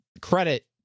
credit